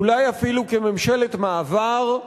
אולי אפילו כממשלת מעבר,